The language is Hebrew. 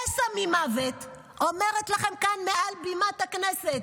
פסע ממוות, אומרת לכם כאן מעל בימת הכנסת: